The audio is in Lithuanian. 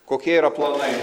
kokie yra planai